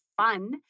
fun